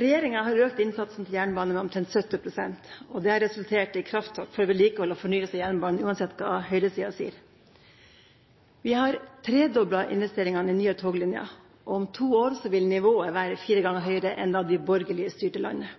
Regjeringa har økt innsatsen til jernbanen med omtrent 70 pst., og det har resultert i krafttak for vedlikehold og fornyelse av jernbanen – uansett hva høyresida sier. Vi har tredoblet investeringene i nye toglinjer, og om to år vil nivået være fire ganger høyere enn da de borgerlige styrte landet,